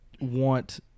want